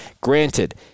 Granted